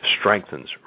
strengthens